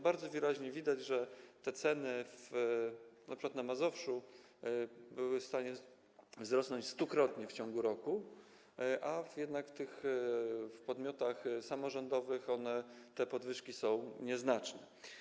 Bardzo wyraźnie widać, że ceny, np. na Mazowszu, były w stanie wzrosnąć stukrotnie w ciągu roku, jednak w podmiotach samorządowych te podwyżki są nieznaczne.